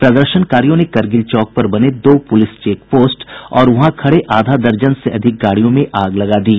प्रदर्शनकारियों ने करगिल चौक पर बने दो पुलिस चेक पोस्ट और वहां खड़े आधा दर्जन से अधिक गाड़ियों में आग लगा दी